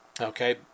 okay